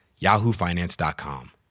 yahoofinance.com